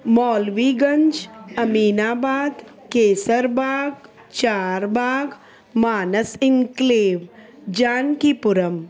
Maulvi Ganj Aminabad Kaiserbagh Charbagh Manas enclave Janaki Puram